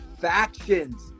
factions